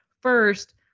First